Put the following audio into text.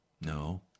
No